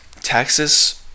texas